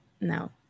no